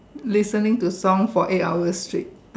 listening to song for eight hours is it